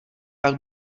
pak